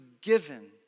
given